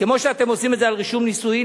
כמו שאתם עושים את זה על רישום נישואים,